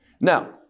Now